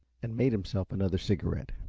and made himself another cigarette.